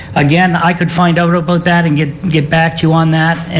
again i could find out about that and get get back to you on that.